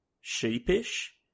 sheepish